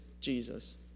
Jesus